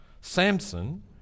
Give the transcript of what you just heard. Samson